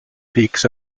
peaks